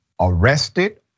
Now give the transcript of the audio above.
arrested